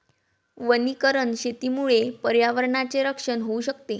वनीकरण शेतीमुळे पर्यावरणाचे रक्षण होऊ शकते